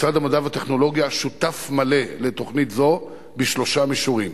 משרד המדע והטכנולוגיה שותף מלא לתוכנית זו בשלושה מישורים: